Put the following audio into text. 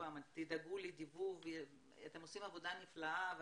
אתם עושים עבודה נפלאה,